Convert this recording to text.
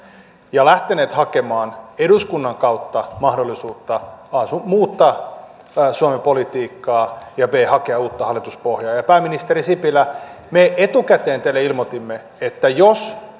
ja lähteneet hakemaan eduskunnan kautta mahdollisuutta a muuttaa suomen politiikkaa ja b hakea uutta hallituspohjaa pääministeri sipilä me etukäteen teille ilmoitimme että jos